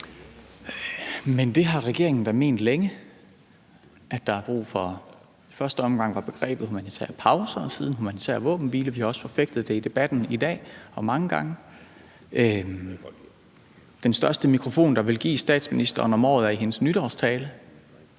Men det har regeringen da ment længe, altså at der er brug for, i første omgang var begrebet humanitære pauser og siden en humanitær våbenhvile. Vi har også forfægtet det i debatten i dag – og mange gange. Den største mikrofon, der vel gives statsministeren hvert år, er hendes nytårstale,